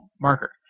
marker